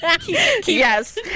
Yes